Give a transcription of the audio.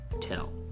tell